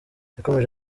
yakomeje